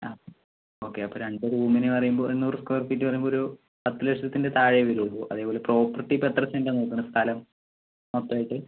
ആ ഓക്കെ അപ്പോൾ രണ്ടു റൂമിനു പറയുമ്പോൾ എണ്ണൂറു സ്ക്വയർഫീറ്റ് പറയുമ്പോൾ ഒരു പത്തു ലക്ഷത്തിൻ്റെ താഴയെ വരുള്ളൂ അതേപോലെ പ്രോപ്പർട്ടി ഇപ്പം എത്ര സെന്റാണ് നോക്കുന്നത് സ്ഥലം മൊത്തമായിട്ട്